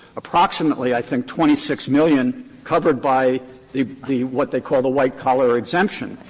approximately, i think, twenty six million covered by the the what they call the white collar exemption.